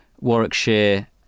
Warwickshire